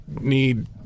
need